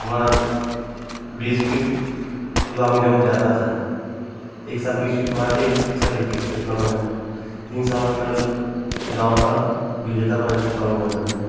हमारा बीस feet long jump जाता था एक साल बीस फ़िट मारे थे एक साल इक्कीस फ़िट लॉन्ग जंप तीन साल अपना गाँव का बिजेता बने थे लॉन्ग जंप में